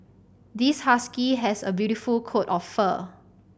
this husky has a beautiful coat of fur